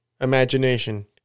imagination